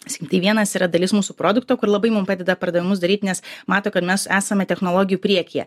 sakykim tai vienas yra dalis mūsų produkto kur labai mum padeda pardavimus daryt nes mato kad mes esame technologijų priekyje